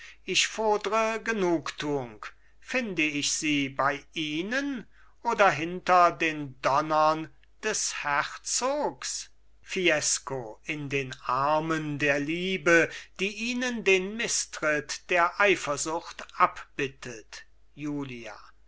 ich fodre genugtuung finde ich sie bei ihnen oder hinter den donnern des herzogs fiesco in den armen der liebe die ihnen den mißtritt der eifersucht abbittet julia